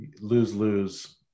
lose-lose